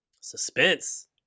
Suspense